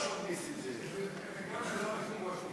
נסים זאב לא רשום.